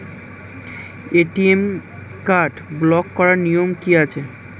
ATM card block করার নিয়ম কি আছে?